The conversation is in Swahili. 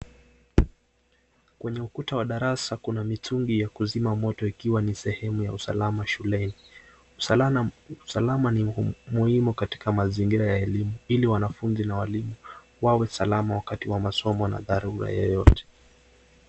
Kuna ukuta wa darasa. Kuna mitungi ya kuzima moto ikiwa ni sehemu ya usalama shuleni. Usalama ni muhimu katika mazingira ya elimu ili wanafuzi na walimu wawe salama wakati wa masomo na dharura yeyote.